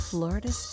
Florida